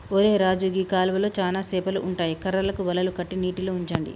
ఒరై రాజు గీ కాలువలో చానా సేపలు ఉంటాయి కర్రలకు వలలు కట్టి నీటిలో ఉంచండి